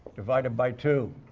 divided by two.